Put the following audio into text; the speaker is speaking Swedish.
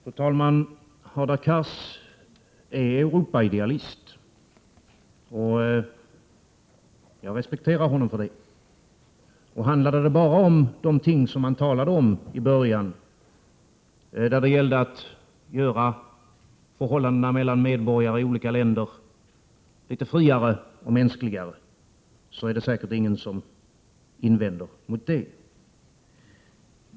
Fru talman! Hadar Cars är Europaidealist, vilket jag respekterar honom för. Handlade det bara om de ting han talade om i början av sitt anförande, dvs. att göra förhållandena mellan medborgare i olika länder litet friare och mänskligare, skulle säkert ingen invända mot det.